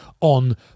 on